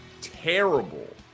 terrible